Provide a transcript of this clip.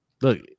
Look